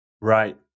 Right